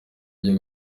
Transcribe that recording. agiye